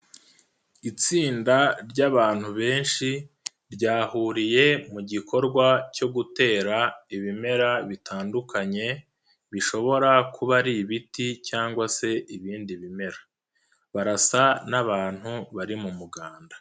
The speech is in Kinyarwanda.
Itsinda ry'abantu benshi ryahuriye mu gikorwa cyo gutera ibimera bitandukanye, bishobora kuba ari ibiti cyangwa se ibindi bimera. Barasa n'abantu bari mu muganda.